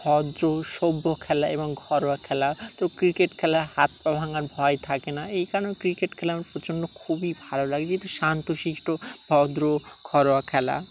ভদ্র সভ্য খেলা এবং ঘরোয়া খেলা তো ক্রিকেট খেলা হাত পা ভাঙার ভয় থাকে না এই কারণে ক্রিকেট খেলা আমার প্রচণ্ড খুবই ভালো লাগে যেহেতু শান্ত সিষ্ট ভদ্র ঘরোয়া খেলা